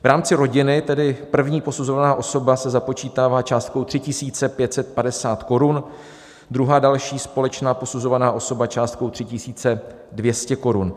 V rámci rodiny tedy první posuzovaná osoba se započítává částkou 3 550 korun, druhá, další společná posuzovaná osoba částkou 3 200 korun.